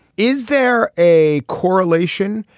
is there a correlation.